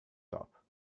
top